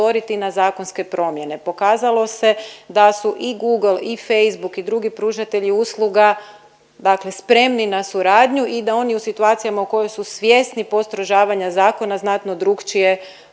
na zakonske promjene. Pokazalo se da su i Google i Facebook i drugi pružatelji usluga dakle spremni na suradnju i da oni u situacijama u kojoj su svjesni postrožavanja zakona znatno drugačije